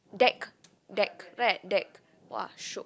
deck deck right deck !wah! shiok